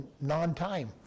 non-time